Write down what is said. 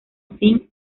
sin